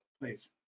please